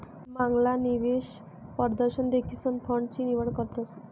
मांगला निवेश परदशन देखीसन फंड नी निवड करतस